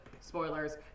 Spoilers